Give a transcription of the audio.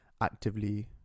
actively